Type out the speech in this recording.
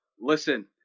listen